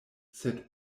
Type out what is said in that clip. sed